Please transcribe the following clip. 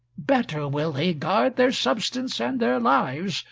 better will they guard their substance, and their lives,